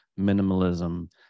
minimalism